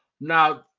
now